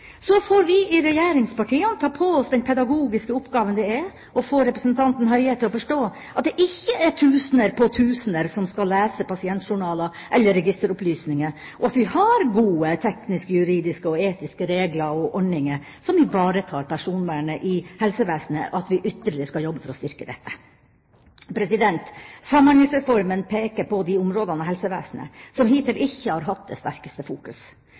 Så får vi i regjeringspartiene ta på oss den pedagogiske oppgaven det er å få representanten Høie til å forstå at det ikke er tusener på tusener som skal lese pasientjournaler eller registeropplysninger, og at vi har gode tekniske, juridiske og etiske regler og ordninger som ivaretar personvernet i helsevesenet, og at vi ytterligere skal jobbe for å styrke dette. Samhandlingsreformen peker på de områdene av helsevesenet som hittil ikke har hatt det sterkeste fokus.